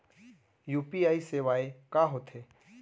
UPI सेवाएं का होथे?